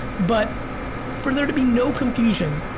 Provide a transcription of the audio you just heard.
but for there to be no confusion,